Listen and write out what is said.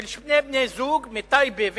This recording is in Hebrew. של שני בני-זוג מטייבה ומטול-כרם,